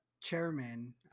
chairman